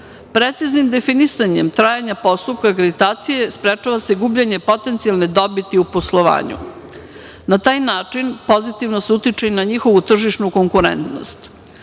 definisanjem trajanja postupka akreditacije sprečava se gubljenje potencijalne dobiti u poslovanju. Na taj način pozitivnost utiče i na njihovu tržišnu konkurentnost.